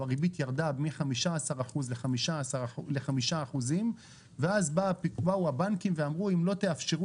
הריבית ירד מ-15 אחוז לחמישה אחוזים ואז באו הבנקים ואמרו אם לא תאפשרו